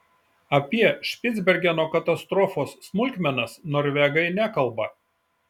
apie špicbergeno katastrofos smulkmenas norvegai nekalba